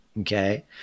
okay